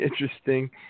interesting